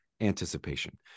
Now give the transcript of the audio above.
anticipation